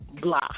Blah